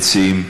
המציעים?